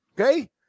okay